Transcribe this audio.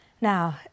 Now